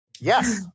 Yes